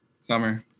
Summer